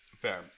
Fair